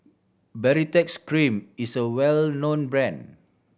Baritex Cream is a well known brand